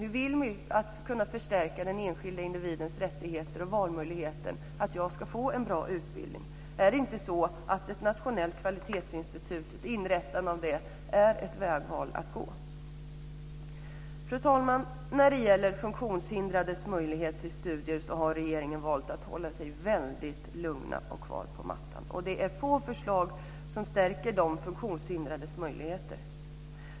Hur vill vi kunna förstärka den enskilda individens rättigheter och valmöjligheter till en bra utbildning. Är inte inrättandet av ett nationellt kvalitetsinstitut en väg att gå? Fru talman! När det gäller funktionshindrades möjligheter till studier har regeringen valt att hålla sig väldigt lugn. Det är få förslag som stärker de funktionshindrades möjligheter.